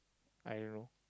I don't know